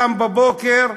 קם בבוקר,